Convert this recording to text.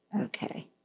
Okay